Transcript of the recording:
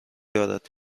دارد